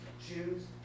Jews